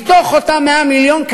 מתוך אותם 100 מיליון,